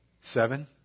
Seven